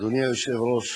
אדוני היושב-ראש,